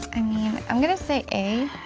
i mean, i'm gonna say a.